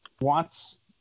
wants